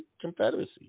confederacy